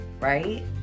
right